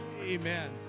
amen